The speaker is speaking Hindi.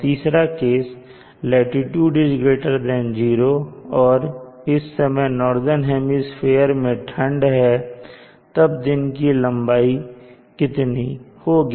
तीसरा केस लाटीट्यूड 0 है और इस समय नॉर्दन हेमिस्फीयर में ठंड है तब दिन की लंबाई कितनी होगी